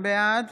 בעד